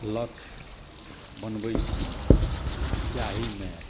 लक्ष्य बनबै छी जाहिमे